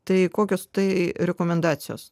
tai kokios tai rekomendacijos